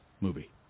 movie